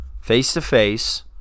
face-to-face